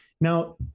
now